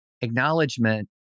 acknowledgement